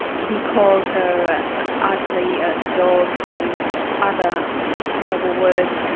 he called her ugly, a ah dog, and other terrible words,